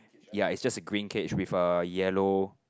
ya it's just a green cage with a yellow